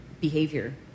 behavior